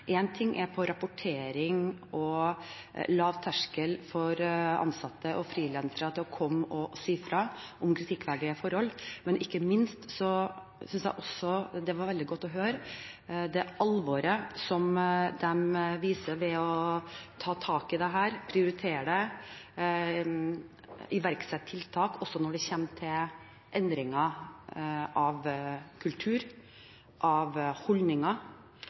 å komme og si fra om kritikkverdige forhold, men ikke minst synes jeg det var veldig godt å høre det alvoret som de viser ved å ta tak i dette, prioritere det og iverksette tiltak også når det gjelder endringer av kultur og av holdninger.